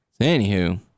Anywho